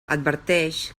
adverteix